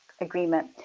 agreement